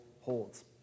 holds